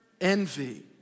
Envy